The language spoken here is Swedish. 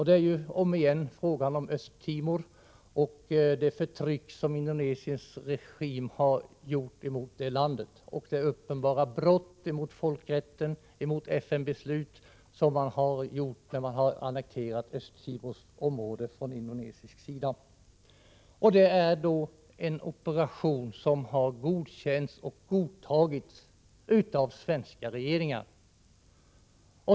Det är återigen fråga om Östtimor, det förtryck som Indonesiens regim har utövat och det uppenbara brott emot folkrätten och emot FN-beslut som Indonesien har begått när man har annekterat Östtimors område. Det är en operation som har godkänts och godtagits av svenska regeringar.